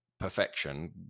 perfection